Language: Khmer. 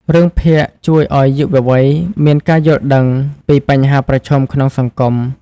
រឿងភាគជួយឱ្យយុវវ័យមាន ការយល់ដឹង ពីបញ្ហាប្រឈមក្នុងសង្គម។